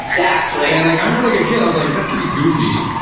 exactly and like i remember like a kid i was like that's pretty goofy,